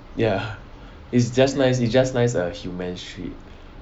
ya it's just nice it's just nice a humanes trip